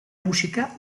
musika